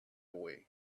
away